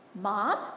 Mom